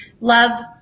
love